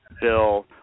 Bill